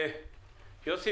יוסי